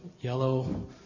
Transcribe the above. yellow